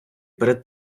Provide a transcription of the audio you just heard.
перед